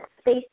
space